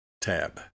tab